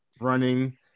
running